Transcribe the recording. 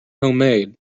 homemade